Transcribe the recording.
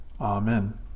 Amen